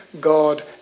God